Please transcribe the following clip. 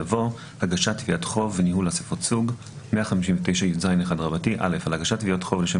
יבוא: "159יז1הגשת תביעות חוב וניהול אסיפות סוג על הגשת תביעות החוב לשם